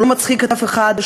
שלא מצחיק אף אחד,